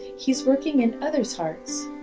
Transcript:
he's working in others hearts,